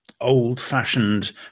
old-fashioned